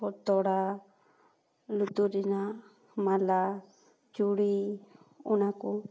ᱛᱚᱲᱟ ᱞᱩᱛᱩᱨ ᱨᱮᱱᱟᱜ ᱢᱟᱞᱟ ᱪᱩᱲᱤ ᱚᱱᱟ ᱠᱚ